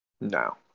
No